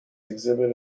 exhibit